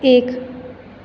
एक